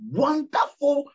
wonderful